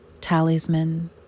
Talisman